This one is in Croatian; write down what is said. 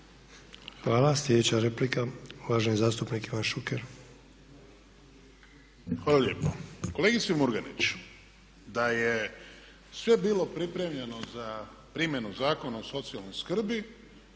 Hvala. Sljedeća replika uvaženi zastupnik Ivan Šuker. **Šuker, Ivan (HDZ)** Hvala lijepo. Kolegice Murganić, da je sve bilo pripremljeno za primjenu Zakona o socijalnoj skrbi